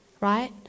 Right